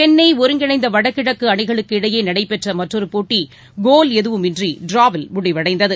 சென்னை ஒருங்கிணைந்த வடகிழக்கு அணிகளுக்கு இடையே நடைபெற்ற மற்றொரு போட்டி கோல் ஏதுமின்றி டிராவில் முடிவடைந்தது